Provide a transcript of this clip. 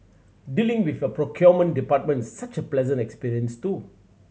dealing with your procurement department is such a pleasant experience too